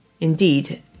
Indeed